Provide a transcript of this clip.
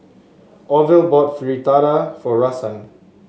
Orville bought Fritada for Rahsaan